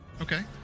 Okay